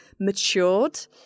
matured